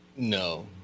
No